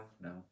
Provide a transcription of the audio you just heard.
no